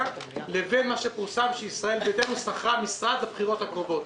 לבין מה שפורסם שישראל ביתנו שכרה משרד לבחירות הקרובות.